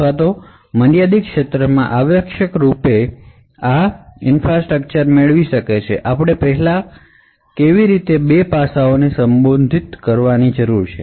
આ મર્યાદિત ઇન્ફ્રાસ્ટ્રક્ચર પ્રાપ્ત કરવા માટે આપણે બે પાસાઓને સંબોધિત કરવાની જરૂર છે